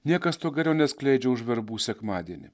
niekas to geriau neatskleidžia už verbų sekmadienį